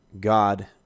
God